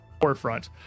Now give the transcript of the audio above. forefront